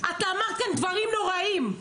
את אמרת כאן דברים נוראים.